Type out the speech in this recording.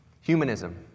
Humanism